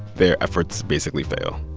their efforts basically fail.